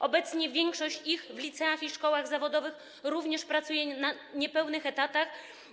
Obecnie ich większość w liceach i szkołach zawodowych również pracuje na niepełnych etatach.